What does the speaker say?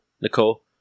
nicole